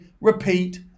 repeat